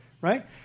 right